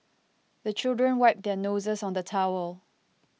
the children wipe their noses on the towel